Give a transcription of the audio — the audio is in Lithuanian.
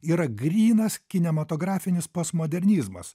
yra grynas kinematografinis postmodernizmas